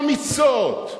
אמיצות,